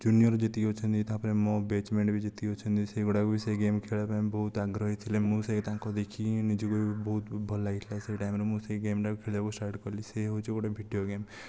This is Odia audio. ଜୁନିଅର ଯେତିକି ଅଛନ୍ତି ତାପରେ ମୋ ବେଚମେଟ୍ ବି ଯେତିକି ଅଛନ୍ତି ସେଗୁଡ଼ାକ ବି ସେହି ଗେମ୍ ଖେଳିବା ପାଇଁ ବହୁତ ଆଗ୍ରହୀ ଥିଲେ ମୁଁ ସେହି ତାଙ୍କୁ ଦେଖିକି ନିଜକୁ ବହୁତ ଭଲ ଲାଗିଥିଲା ସେହି ଟାଇମ୍ ରେ ମୁଁ ସେ ଗେମ୍ ଟିକୁ ଦେଖିକରି ଖେଳିବାକୁ ଷ୍ଟାର୍ଟ କଲି ସେ ହେଉଛି ଗୋଟିଏ ଭିଡ଼ିଓ ଗେମ୍